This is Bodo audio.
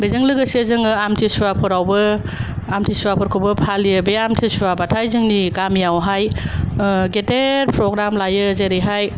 बेजों लोगोसे जों आमथिसुवा फोरावबो आमथिसुवा फोरखौबो फालियो बे आमथिसुवाबाथाइ जोंनि बे गामिआवहाय ओ गेदेर प्रगराम लायो जेरैहाय